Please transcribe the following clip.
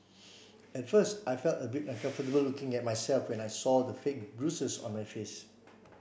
at first I felt a bit uncomfortable looking at myself when I saw the fake bruises on my face